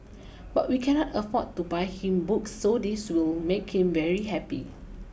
but we cannot afford to buy him books so this will make him very happy